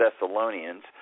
Thessalonians